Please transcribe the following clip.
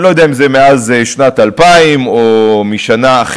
אני לא יודע אם זה מאז שנת 2000 או משנה אחרת,